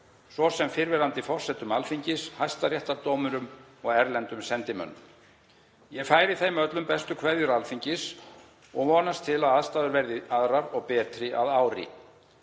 svo sem fyrrverandi forsetum Alþingis, hæstaréttardómurum og erlendum sendimönnum. Ég færi þeim öllum bestu kveðjur Alþingis og vonast til að aðstæður verði aðrar og betri að ári.